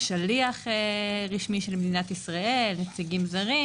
שליח רשמי של מדינת ישראל, נציגים זרים